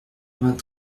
vingt